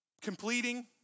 completing